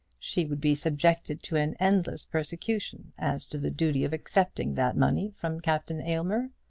she would be subjected to an endless persecution as to the duty of accepting that money from captain aylmer.